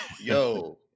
yo